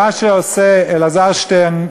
מה שעושה אלעזר שטרן,